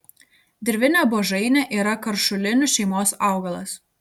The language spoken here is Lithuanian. dirvinė buožainė yra karšulinių šeimos augalas